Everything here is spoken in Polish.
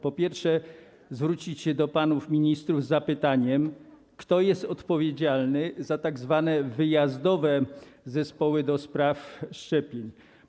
Po pierwsze, chcę zwrócić się do panów ministrów z zapytaniem: Kto jest odpowiedzialny za tzw. wyjazdowe zespoły do spraw szczepień?